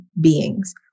beings